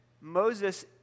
Moses